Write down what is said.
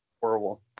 horrible